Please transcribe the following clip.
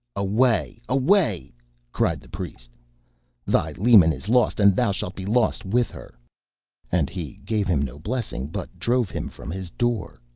away! away cried the priest thy leman is lost, and thou shalt be lost with her and he gave him no blessing, but drove him from his door.